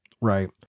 Right